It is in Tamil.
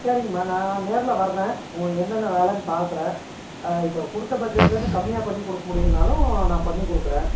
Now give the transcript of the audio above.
சரிங்கமா நான் நேரில் வரறேன் உங்கள் என்னென்ன வேலைனு பார்க்குறேன் இப்போ கொடுத்த பட்ஜெட்டில் இருந்து கம்மியாக பண்ணி கொடுக்க முடியும்னாலும் நான் பண்ணி கொடுக்குறேன்